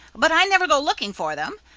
but i never go looking for them,